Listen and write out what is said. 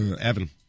Evan